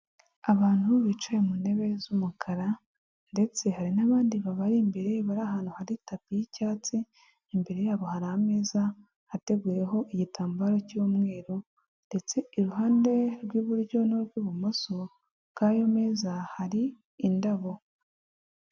Abantu bicaye mu ntebe z'umukara ndetse hari n'abandi babari imbere bari ahantu hari tapi y'icyatsi, imbere yabo hari ameza ateguyeho igitambaro cy'umweru ndetse iruhande rw'iburyo n'urw'ibumoso bw'ayo meza hari indabo.